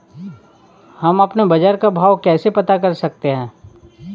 हम अपने बाजार का भाव कैसे पता कर सकते है?